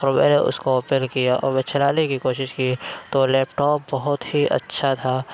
اور میں نے اُس کو اوپن کیا اور میں چلانے کی کوشش کی تو لیپ ٹاپ بہت ہی اچھا تھا